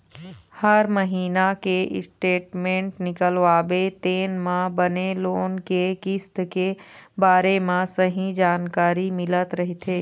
हर महिना के स्टेटमेंट निकलवाबे तेन म बने लोन के किस्त के बारे म सहीं जानकारी मिलत रहिथे